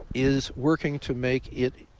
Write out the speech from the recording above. is working to make it,